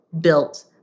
built